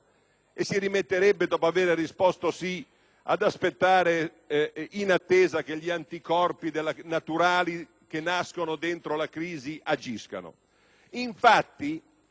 e si rimetterebbe poi, dopo la risposta affermativa, ad aspettare in attesa che gli anticorpi naturali che nascono dentro la crisi agiscano. Infatti,